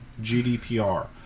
GDPR